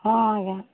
ହଁ ଆଜ୍ଞା